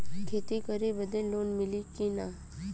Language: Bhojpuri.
खेती करे बदे लोन मिली कि ना?